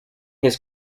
his